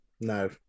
No